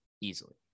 easily